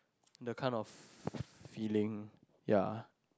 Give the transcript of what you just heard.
the kind of feeling yeah